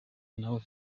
nawe